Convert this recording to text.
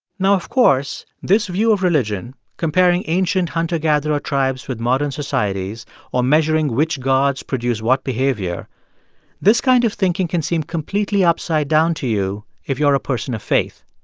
now, of course, this view of religion comparing ancient hunter-gatherer tribes with modern societies or measuring which gods produce what behavior this kind of thinking can seem completely upside down to you if you're a person of faith.